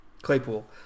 Claypool